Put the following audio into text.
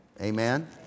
Amen